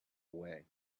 away